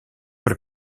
per